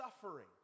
suffering